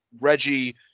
Reggie